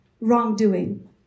wrongdoing